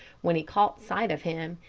when he caught sight of him,